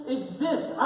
exist